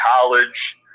college